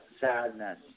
sadness